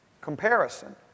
comparison